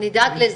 אנחנו נדאג לזה.